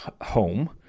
home